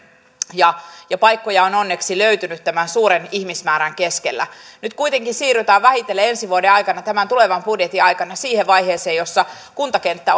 ja ja paikkoja on onneksi löytynyt tämän suuren ihmismäärän keskellä nyt kuitenkin siirrytään vähitellen ensi vuoden aikana tämän tulevan budjetin aikana siihen vaiheeseen jossa kuntakenttä